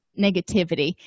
negativity